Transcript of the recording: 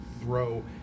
throw